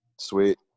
Sweet